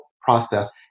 process